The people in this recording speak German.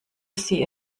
sie